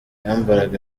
yambaraga